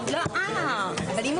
בשעה